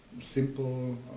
simple